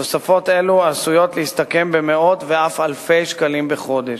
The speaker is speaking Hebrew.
תוספות אלו עשויות להסתכם במאות ואף אלפי שקלים בחודש.